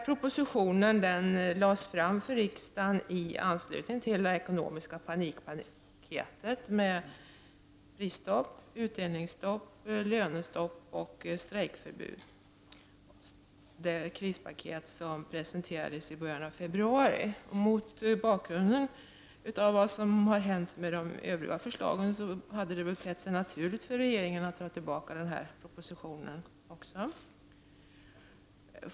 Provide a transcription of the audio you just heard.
Propositionen lades fram för riksdagen i anslutning till det ekonomiska panikpaket med prisstopp, utdelningsstopp, lönestopp och strejkförbud som presenterades i början av februari. Mot bakgrund av vad som har hänt med de övriga förslagen hade det tett sig naturligt för regeringen att dra tillbaka också den propositionen.